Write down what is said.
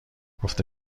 گفته